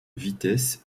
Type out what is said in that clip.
vitesses